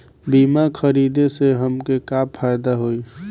बीमा खरीदे से हमके का फायदा होई?